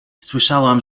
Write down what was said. słyszałam